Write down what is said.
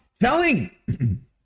telling